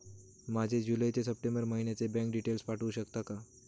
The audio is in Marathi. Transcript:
माझे जुलै ते सप्टेंबर महिन्याचे बँक डिटेल्स पाठवू शकता का?